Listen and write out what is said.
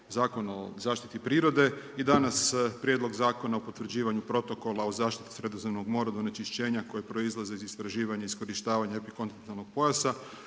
Zakon o zaštiti prirode i danas Prijedlog Zakona o potvrđivanju protokola o zaštiti Sredozemnog mora od onečišćenja koja proizlaze iz istraživanja i iskorištavanja epikontinentalnog pojasa